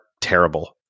terrible